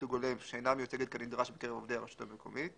לייצוג הולם שאינה מיוצגת כנדרש בקרב עובדי הרשות המקומית.